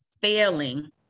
failing